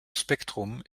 spektrum